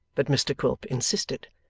but mr quilp insisted.